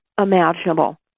imaginable